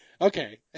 okay